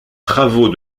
travaux